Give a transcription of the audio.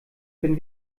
bin